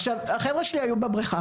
עכשיו החבר'ה שלי היו בבריכה,